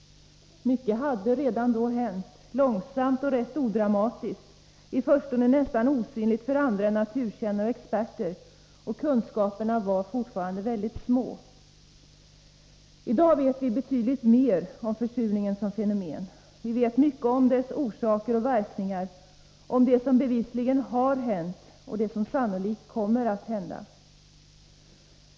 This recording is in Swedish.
Mycket hade redan då hänt, långsamt och rätt odramatiskt, i förstone nästan osynligt för andra än naturkännare och experter, och kunskaperna var fortfarande mycket små. I dag vet vi betydligt mer om försurningen som fenomen. Vi vet mycket om dess orsaker och verkningar, om det som bevisligen har hänt och om det som sannolikt kommer att hända.